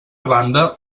banda